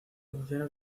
funciona